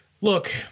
look